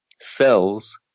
cells